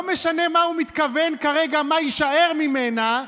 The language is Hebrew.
לא משנה למה הוא מתכוון כרגע, מה יישאר ממנה,